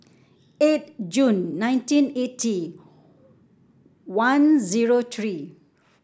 eight June nineteen eighty one zero three